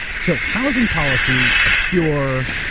so housing policy obscure,